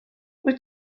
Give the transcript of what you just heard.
wyt